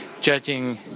judging